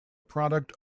product